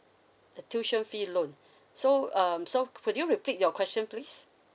the tuition fee loan so um so could you repeat your question please